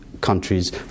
countries